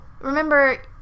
remember